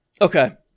Okay